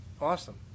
Awesome